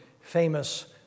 famous